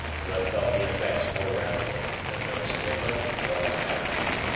to have felt the effects more rapidly than those inland or on the heights.